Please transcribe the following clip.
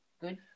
Good